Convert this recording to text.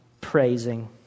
praising